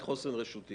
הרשויות המקומיות,